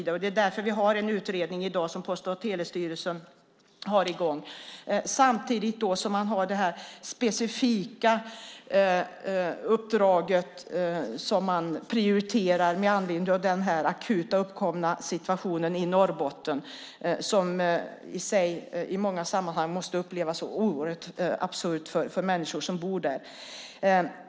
Det är därför vi har en utredning i dag som Post och telestyrelsen har i gång. Samtidigt har man det specifika uppdraget som man prioriterar med anledning av den akuta uppkomna situationen i Norrbotten som i många sammanhang måste upplevas som oerhört absurd av människor som bor där.